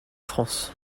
france